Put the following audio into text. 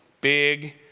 Big